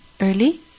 early